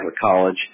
College